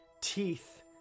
teeth